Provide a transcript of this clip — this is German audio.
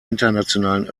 internationalen